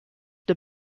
the